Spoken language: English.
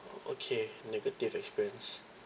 okay negative experience